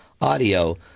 audio